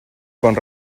con